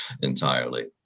entirely